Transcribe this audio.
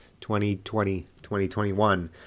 2020-2021